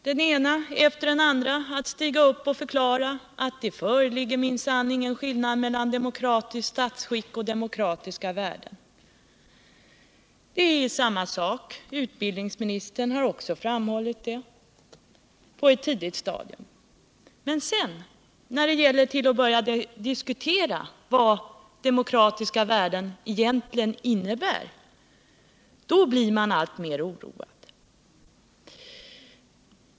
Den ene efter den andre stiger upp och förklarar att det minsann inte föreligger någon skillnad mellan demokratiskt statsskick och demokratiska värden — det är samma sak. Utbildningsministern har också framhållit det på ett tidigt stadium. Men sedan, när man börjar diskutera vad demokratiska värden egentligen innebär, då blir man alltmer oroad.